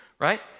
Right